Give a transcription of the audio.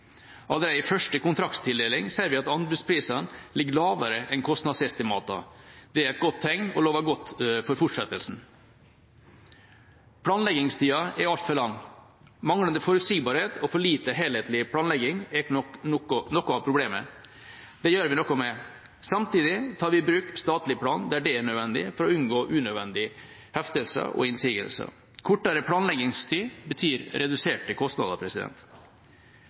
Allerede i første kontraktstildeling ser vi at anbudsprisene ligger lavere enn kostnadsestimatene. Det er et godt tegn og lover godt for fortsettelsen. Planleggingstida er altfor lang. Manglende forutsigbarhet og for lite helhetlig planlegging er noe av problemet. Det gjør vi noe med. Samtidig tar vi i bruk statlig plan der det er nødvendig for å unngå unødvendige heftelser og innsigelser. Kortere planleggingstid betyr reduserte kostnader.